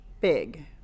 big